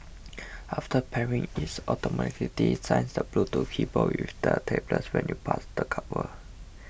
after pairing it automatically syncs the Bluetooth keyboard with the tablet when you pass the cover